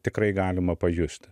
tikrai galima pajusti